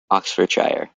oxfordshire